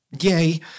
yay